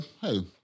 Hey